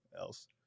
else